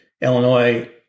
Illinois